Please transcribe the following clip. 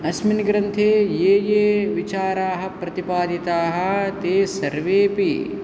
अस्मिन् ग्रन्थे ये ये विचाराः प्रतिपादिताः ते सर्वेऽपि